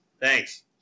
Thanks